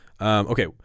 Okay